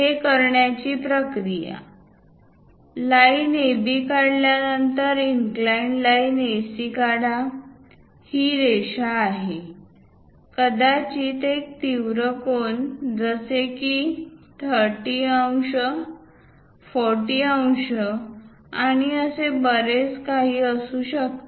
हे करण्याची प्रक्रियाः लाइन AB काढल्यानंतर इनक्लाइंड लाईन AC काढा ही रेषा आहे कदाचित एक तीव्र कोन जसे की 30 अंश 40 अंश आणि असे बरेच काही असू शकते